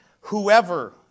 whoever